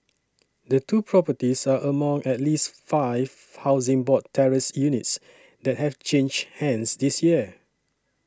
the two properties are among at least five Housing Board terraced units that have changed hands this year